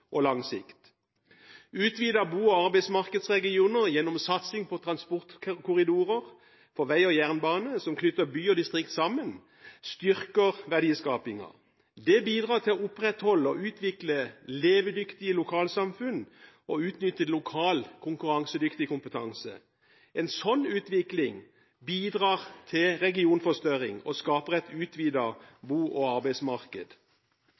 og lang sikt. Utvidet bo- og arbeidsmarkedsregioner gjennom satsing på transportkorridorer, på vei og jernbane som knytter by og distrikt sammen, styrker verdiskapingen. Det bidrar til å opprettholde og utvikle levedyktige lokalsamfunn og utnytte lokal konkurransedyktig kompetanse. En sånn utvikling bidrar til regionforstørring og skaper et utvidet bo- og arbeidsmarked.